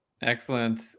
Excellent